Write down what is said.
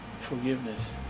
forgiveness